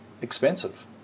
expensive